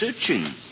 searching